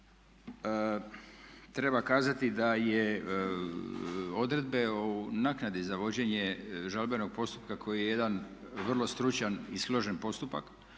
Treba kazati da je odredbe o naknadi za vođenje žalbenog postupka koji je jedan vrlo stručan i složen postupak